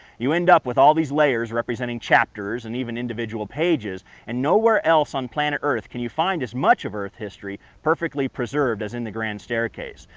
you end up with all these layers representing chapters, and even individual pages, and nowhere else on planet earth can you find as much of earth history perfectly preserved as in the grand staircase.